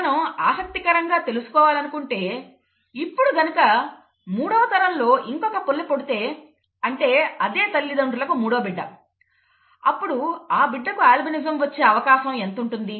మనం ఆసక్తి కరంగా తెలుసుకోవాలనుకుంటే ఇప్పుడు గనుక మూడవ తరంలో ఇంకొక పిల్ల పుడితే అంటే అదే తల్లిదండ్రులకు మూడో బిడ్డ అప్పుడు ఆ బిడ్డకు అల్బినిజం వచ్చే అవకాశం ఎంత ఉంటుంది